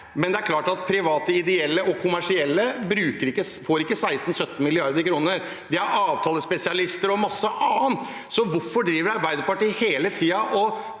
Det er klart at private, ideelle og kommersielle ikke får 16–17 mrd. kr. Det er avtalespesialister og masse annet. Hvorfor driver Arbeiderpartiet hele tiden